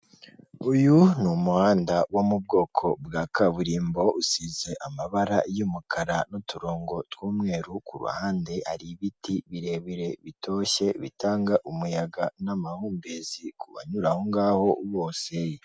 Uyu ni umuhanda wo mu bwoko bwa kaburimbo usize amabara y'umukara n'uturongo tw'umweru, ku ruhande hari ibiti birebire bitoshye bitanga umuyaga n'amahumbezi ku banyura aho ngaho bose.